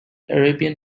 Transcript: arabian